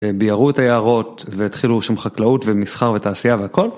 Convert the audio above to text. ביעכו את היערות והתחילו שם חקלאות ומסחר ותעשייה והכל.